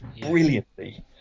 brilliantly